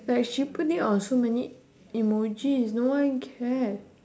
like she put it on so many IMO jeez no one care